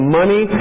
money